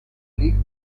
league